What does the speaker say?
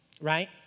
Right